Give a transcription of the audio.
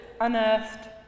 unearthed